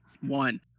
one